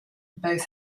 both